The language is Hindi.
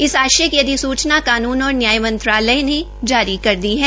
इस आश्य का अधिसूचना कानून और न्याय मंत्रालय ने जारी कर दी है